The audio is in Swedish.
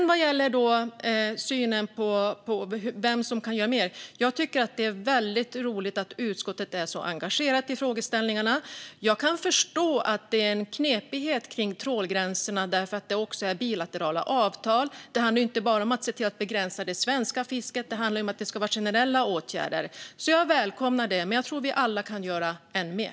Vad gäller synen på vem som kan göra mer tycker jag att det är väldigt roligt att utskottet är så engagerat i frågeställningarna. Jag kan förstå att det finns knepigheter kring trålgränserna, för det finns också bilaterala avtal. Det handlar inte bara om att begränsa det svenska fisket; det handlar om att det ska vara generella åtgärder. Jag välkomnar det, men jag tror att vi alla kan göra ännu mer.